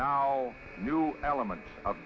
now new elements of